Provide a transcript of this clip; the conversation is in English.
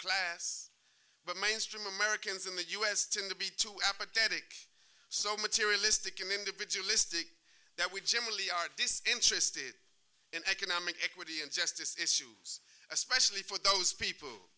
class but mainstream americans in the us tend to be too apathetic so materialistic and individualistic that we generally are dis interested in economic activity and justice issues especially for those people